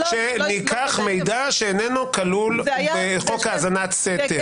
שנלקח מידע שאיננו כלול בחוק האזנת סתר.